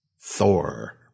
Thor